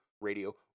radio